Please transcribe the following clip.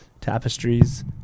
tapestries